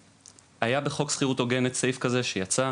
היה בחוק שכירות הוגנת סעיף כזה שיצא.